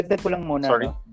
sorry